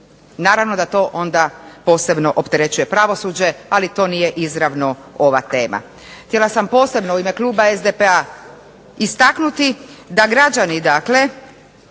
Naravno da to onda posebno opterećuje pravosuđe, ali to nije izravno ova tema. Htjela sam posebno u ime kluba SDP-a istaknuti da građani dakle